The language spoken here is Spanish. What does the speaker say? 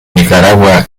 nicaragua